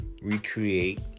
recreate